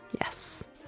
Yes